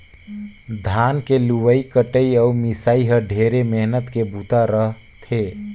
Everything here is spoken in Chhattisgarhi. धान के लुवई कटई अउ मिंसई ह ढेरे मेहनत के बूता रह थे